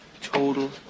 total